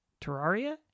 Terraria